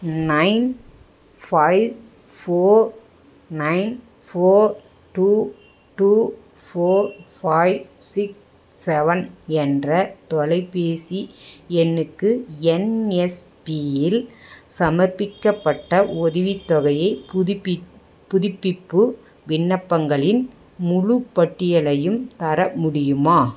nine five four nine four two two four five six seven என்ற தொலைபேசி எண்ணுக்கு என்எஸ்பியில் சமர்ப்பிக்கப்பட்ட உதவித்தொகையைப் புதுப்பி புதுப்பிப்பு விண்ணப்பங்களின் முழுப் பட்டியலையும் தர முடியுமா